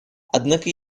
однако